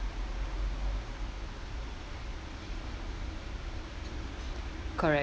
correct